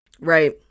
Right